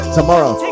Tomorrow